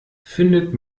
findet